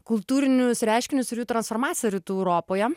kultūrinius reiškinius ir jų transformaciją rytų europoje